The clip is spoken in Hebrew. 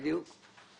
בדיוק.